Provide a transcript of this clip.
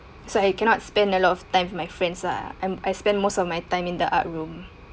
so I cannot spend a lot of time for my friends lah I I spend most of my time in the art room